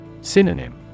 Synonym